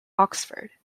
oxford